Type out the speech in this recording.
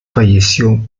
falleció